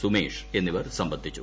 സുമേഷ് എന്നീവൂർ സംബന്ധിച്ചു